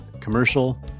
commercial